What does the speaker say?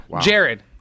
Jared